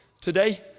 today